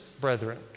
brethren